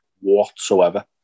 whatsoever